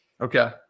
Okay